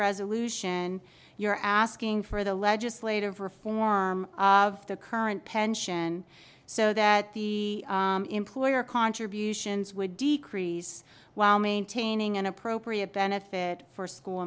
resolution you're asking for the legislative reform of the current pension so that the employer contributions would decrease while maintaining an appropriate benefit for school